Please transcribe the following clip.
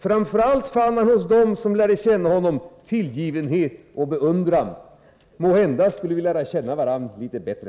Framför allt fann han hos dem som lärde känna honom tillgivenhet och beundran. Måhända borde vi lära känna varandra litet bättre.